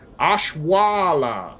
Ashwala